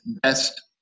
Best